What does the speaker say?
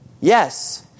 Yes